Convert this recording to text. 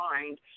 mind